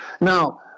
Now